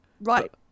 Right